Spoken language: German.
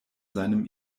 seinem